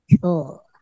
Cool